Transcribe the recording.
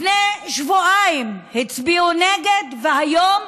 לפני שבועיים הצביעו נגד, והיום